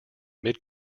mid